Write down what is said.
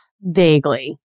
Vaguely